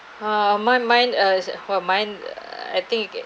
ha my mind as mine I think it